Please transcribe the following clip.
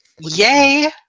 Yay